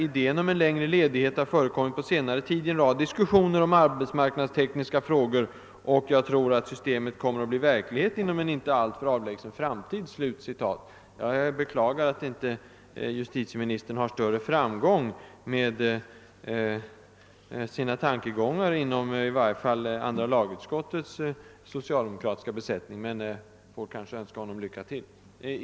——— Idén om en längre ledighet har förekommit på senare tid i en rad diskussioner om arbetsmarknadstekniska frågor, och jag tror att systemet kommer att bli verklighet inom inte alltför avlägsen framtid.» Det är beklagligt att justitieministern inte har haft större framgång med dessa tankar inom andra lagutskottets socialdemokratiska besättning, men jag vill ändå önska honom lycka till.